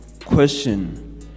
question